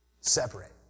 Separate